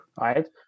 Right